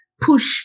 push